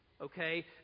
okay